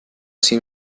así